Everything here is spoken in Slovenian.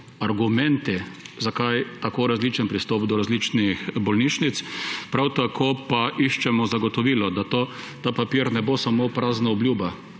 argumenti, zakaj tako različen pristop do različnih bolnišnic. Prav tako pa iščemo zagotovilo, da to, ta papir, ne bo samo prazna obljuba,